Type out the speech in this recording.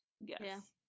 Yes